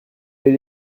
les